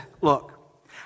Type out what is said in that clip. Look